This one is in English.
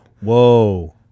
whoa